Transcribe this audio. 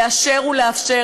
לאשר ולאפשר.